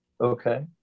Okay